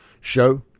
Show